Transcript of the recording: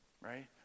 Right